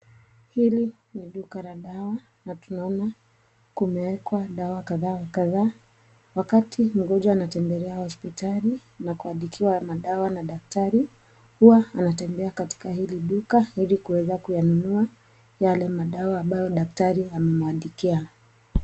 Hili ni duka la dawa na tunaona kumewekwa dawa kadha wa kadha. Wakati mgonjwa anatembelea hospitali na kuandikiwa madawa na daktari huwa anatembea katika hili duka ili kuweza kuyanunua yale madawa ambayo daktari amemwandikia.